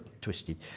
twisted